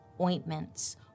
Ointments